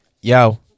yo